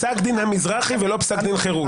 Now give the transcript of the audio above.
פסק דין המזרחי ולא פסק דין חירות.